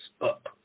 up